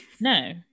no